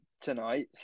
tonight